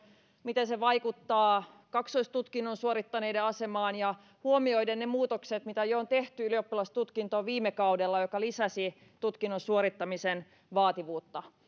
miten se vaikuttaa kaksoistutkinnon suorittaneiden asemaan huomioiden ne muutokset mitä on tehty ylioppilastutkintoon jo viime kaudella jotka lisäsivät tutkinnon suorittamisen vaativuutta